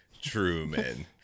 Truman